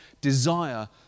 desire